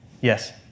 yes